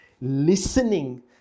listening